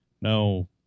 No